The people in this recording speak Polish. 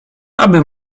aby